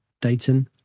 Dayton